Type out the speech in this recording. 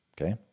Okay